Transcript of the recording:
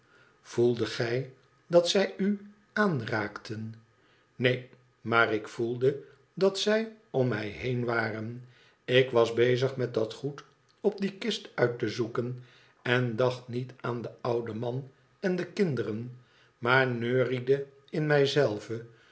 gij dat zij u aanraakten neen maar ik voelde dat zij om mij heen waren ik was bezig met dat goed op die kist uit te zoeken en dacht niet aan den ouden man en de kinderen maar neuriede in